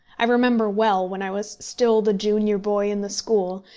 i remember well, when i was still the junior boy in the school,